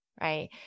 right